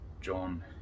John